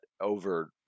over